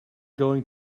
going